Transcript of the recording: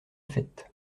fête